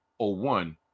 0-1